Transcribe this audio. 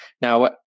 Now